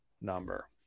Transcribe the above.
number